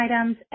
items